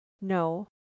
No